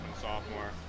sophomore